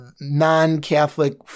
non-Catholic